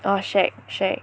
!wah! shag shag